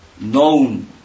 known